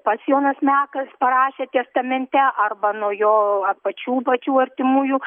pats jonas mekas parašė testamente arba nuo jo pačių pačių artimųjų